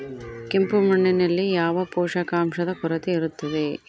ಕೆಂಪು ಮಣ್ಣಿನಲ್ಲಿ ಯಾವ ಪೋಷಕಾಂಶದ ಕೊರತೆ ಇರುತ್ತದೆ?